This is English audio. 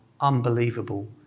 unbelievable